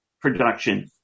production